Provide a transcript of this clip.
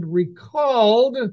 recalled